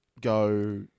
go